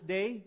Day